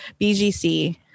BGC